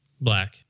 Black